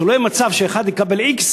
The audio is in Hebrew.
שלא יהיה מצב שאחד יקבל x,